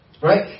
Right